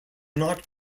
not